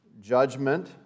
judgment